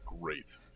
Great